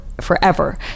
forever